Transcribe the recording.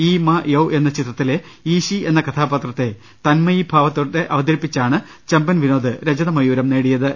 ഈ മ യൌ എന്ന ചിത്രത്തിലെ ഈശി എന്ന കഥാപാത്രത്തെ തന്മയീഭാവത്തോടെ അവതരിപ്പിച്ചാണ് ചെമ്പൻവിനോദ് രജതമയൂരം നേടിയത്